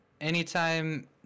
Anytime